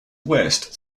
west